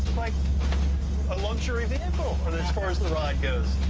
like a luxury vehicle and as far as the ride goes.